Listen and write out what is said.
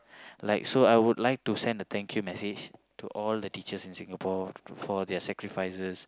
like so I would like to send a thank you message to all the teachers in Singapore for their sacrifices